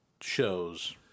shows